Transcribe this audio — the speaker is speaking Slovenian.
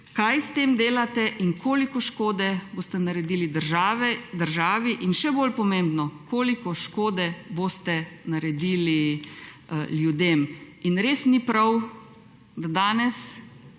kaj s tem delate in koliko škode boste naredili državi. In še bolj pomembno, koliko škode boste naredili ljudem. In res ni prav, da danes